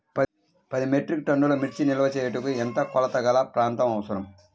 పది మెట్రిక్ టన్నుల మిర్చి నిల్వ చేయుటకు ఎంత కోలతగల ప్రాంతం అవసరం?